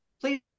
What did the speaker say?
please